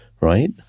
right